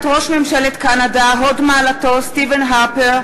מאבטלה דו-ספרתית לאפס אבטלה כמעט,